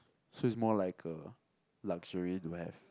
so is more like a luxury to have